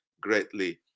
greatly